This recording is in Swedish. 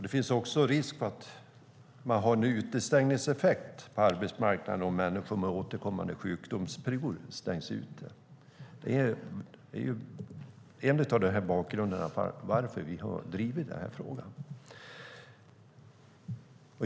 Det finns också risk för en utestängningseffekt på arbetsmarknaden om människor med återkommande sjukdomsperioder stängs ute. Det är en av bakgrunderna till att vi har drivit den här frågan.